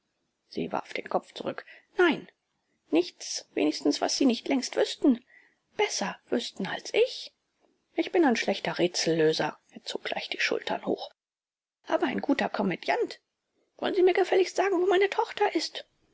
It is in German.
sie warf den kopf zurück nein nichts wenigstens was sie nicht längst wüßten besser wüßten als ich ich bin ein schlechter rätsellöser er zog leicht die schultern hoch aber ein guter komödiant wollen sie mir gefälligst sagen wo meine tochter ist